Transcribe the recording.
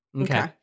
okay